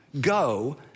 go